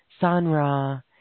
Sanra